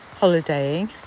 holidaying